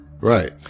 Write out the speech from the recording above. Right